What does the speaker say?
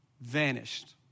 vanished